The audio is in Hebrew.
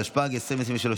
התשפ"ג 2023,